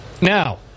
Now